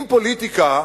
אם פוליטיקה